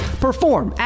perform